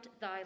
thy